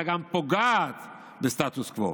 אלא גם פוגעת בסטטוס קוו,